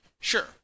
Sure